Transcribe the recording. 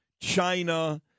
China